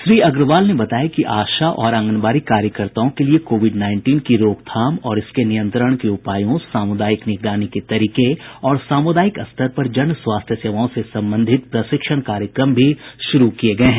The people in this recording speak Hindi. श्री अग्रवाल ने बताया कि आशा और आंगनवाड़ी कार्यकर्ताओं के लिए कोविड नाईनटीन की रोकथाम और इसके नियंत्रण के उपायों सामुदायिक निगरानी के तरीके और सामूदायिक स्तर पर जन स्वास्थ्य सेवाओं से संबंधित प्रशिक्षण कार्यक्रम भी शुरू किए गए हैं